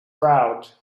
crowd